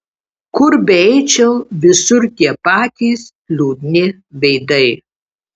kur beeičiau visur tie patys liūdni veidai